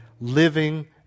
living